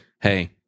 hey